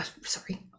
sorry